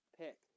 pick